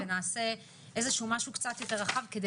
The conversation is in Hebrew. ונעשה איזשהו משהו קצת יותר רחב כדי